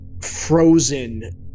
frozen